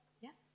Yes